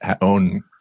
own